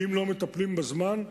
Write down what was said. אם לא מטפלים בזמן,